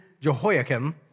Jehoiakim